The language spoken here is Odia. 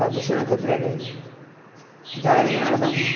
ପ୍ରଦୂଷଣ କ୍ଷେତ୍ରରେ ଜଳ ନିର୍ମାଣ ପାଇଁ